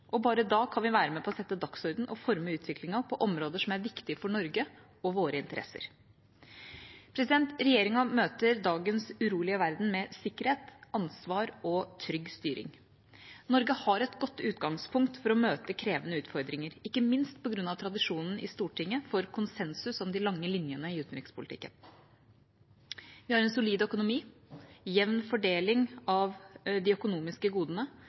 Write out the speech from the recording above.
vårt. Bare da kan vi være med på å sette dagsordenen og forme utviklingen på områder som er viktige for Norge og våre interesser. Regjeringa møter dagens urolige verden med sikkerhet, ansvar og trygg styring. Norge har et godt utgangspunkt for å møte krevende utfordringer, ikke minst på grunn av tradisjonen i Stortinget for konsensus om de lange linjene i utenrikspolitikken. Vi har en solid økonomi, jevn fordeling av de økonomiske godene,